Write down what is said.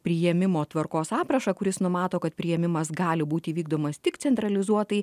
priėmimo tvarkos aprašą kuris numato kad priėmimas gali būti vykdomas tik centralizuotai